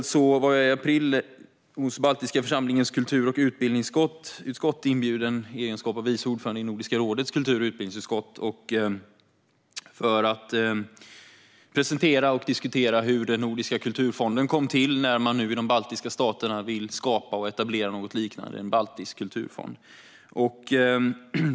I april var jag hos Baltiska församlingens kultur och utbildningsutskott. Jag var inbjuden i egenskap av vice ordförande i Nordiska rådets kultur och utbildningsutskott för att presentera och diskutera hur den nordiska kulturfonden kom till. Man vill i de baltiska staterna nu skapa och etablera något liknande i form av en baltisk kulturfond.